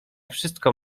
wszystko